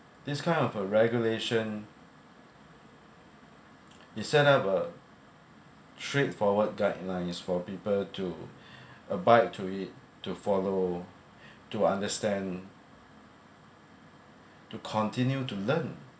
this kind of a regulation it set up a straightforward guidelines for people to abide to it to follow to understand to continue to learn